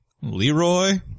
Leroy